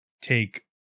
take